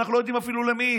אנחנו לא יודעים אפילו למי.